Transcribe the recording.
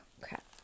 crap